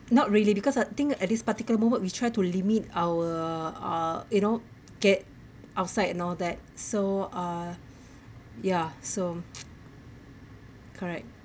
not really because I think at this particular moment we try to limit our uh you know get outside and all that so uh ya so correct